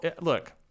look